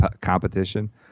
competition